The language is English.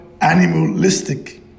animalistic